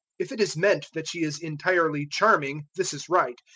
if it is meant that she is entirely charming this is right,